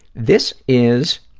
this is,